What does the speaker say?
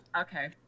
Okay